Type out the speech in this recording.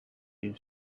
new